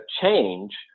change